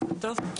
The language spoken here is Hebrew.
בוקר טוב,